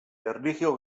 erlijio